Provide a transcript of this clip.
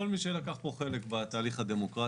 כל מי שלקח פה חלק בהליך הדמוקרטי.